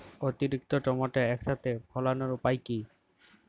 অতিরিক্ত টমেটো একসাথে ফলানোর উপায় কী?